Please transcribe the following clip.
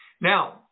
Now